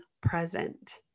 present